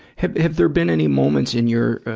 have, have there been any moments in your, ah,